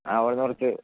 ആ അവടന്നറച്ച്